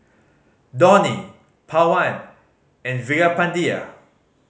Dhoni Pawan and Veerapandiya